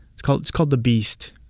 it's called it's called the beast.